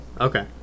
Okay